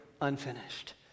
unfinished